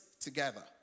together